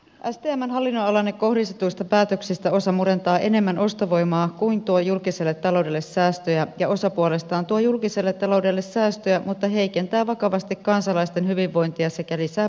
stmn hallinnonalaanne kohdistetuista päätöksistä osa murentaa enemmän ostovoimaa kuin tuo julkiselle taloudelle säästöjä ja osa puolestaan tuo julkiselle taloudelle säästöjä mutta heikentää vakavasti kansalaisten hyvinvointia sekä lisää polarisaatiota